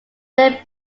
their